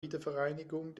wiedervereinigung